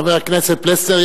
חבר הכנסת פלסנר,